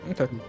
Okay